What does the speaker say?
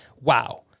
wow